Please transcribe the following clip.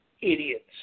Idiots